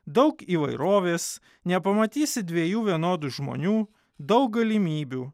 daug įvairovės nepamatysi dviejų vienodų žmonių daug galimybių